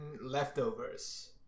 Leftovers